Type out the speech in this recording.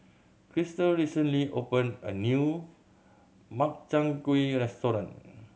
Christal recently opened a new Makchang Gui restaurant